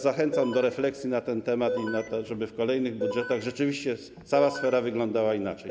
Zachęcam do refleksji na ten temat i do tego, żeby w kolejnych budżetach rzeczywiście cała sfera wyglądała inaczej.